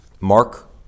Mark